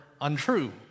untrue